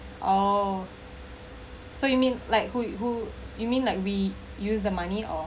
oh so you mean like who you who you mean like we use the money or